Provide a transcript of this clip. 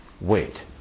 wait